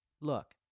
Look